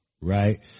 right